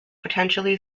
potentially